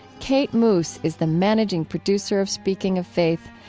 kate moos is the managing producer of speaking of faith,